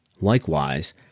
likewise